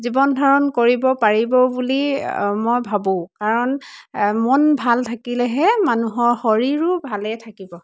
জীৱন ধাৰণ কৰিব পাৰিব বুলি মই ভাবোঁ কাৰণ মন ভাল থাকিলেহে মানুহৰ শৰীৰো ভালেই থাকিব